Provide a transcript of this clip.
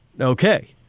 okay